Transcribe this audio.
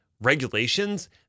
regulations